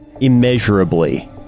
immeasurably